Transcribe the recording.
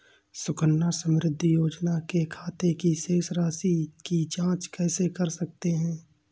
सुकन्या समृद्धि योजना के खाते की शेष राशि की जाँच कैसे कर सकते हैं?